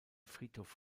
friedhof